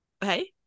hey